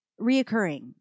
reoccurring